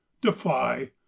defy